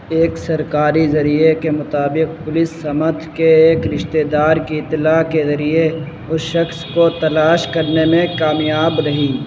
ایک سرکاری ذریعے کے مطابق پولیس سمتھ کے ایک رشتہ دار کی اطلاع کے ذریعے اس شخص کو تلاش کرنے میں کامیاب رہی